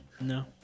No